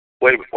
Wait